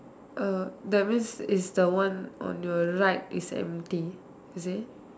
uh that means is the one on your right is empty is it